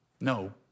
no